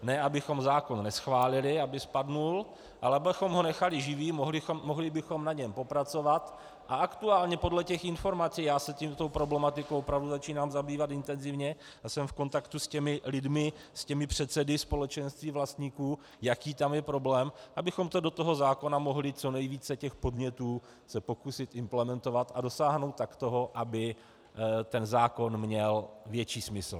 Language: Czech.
Ne abychom zákon neschválili, aby spadl, ale abychom ho nechali živý, mohli bychom na něm popracovat a aktuálně podle těch informací já se tou problematikou opravdu začínám zabývat intenzivně a jsem v kontaktu s těmi lidmi, s předsedy společenství vlastníků, jaký tam je problém abychom se do toho zákona mohli co nejvíce těch podnětů pokusit implementovat a dosáhnout tak toho, aby ten zákon měl větší smysl.